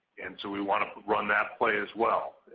and so we want to run that play as well.